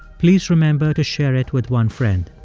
please remember to share it with one friend